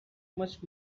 much